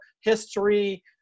history